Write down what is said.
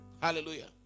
Hallelujah